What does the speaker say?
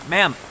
Ma'am